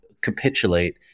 capitulate